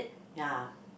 ya